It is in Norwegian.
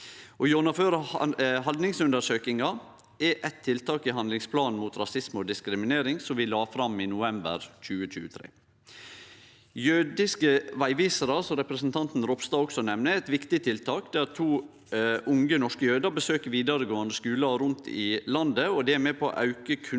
Å gjennomføre haldningsundersøkingar er eitt tiltak i handlingsplanen mot rasisme og diskriminering som vi la fram i november 2023. Jødiske vegvisarar, som representanten Ropstad òg nemner, er eit viktig tiltak der to unge norske jødar besøkjer vidaregåande skular rundt om i landet. Det er med på å auke kunnskapen